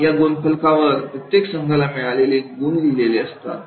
या गुणफलकावर प्रत्येक संघाला मिळालेले गुण लिहिले जातात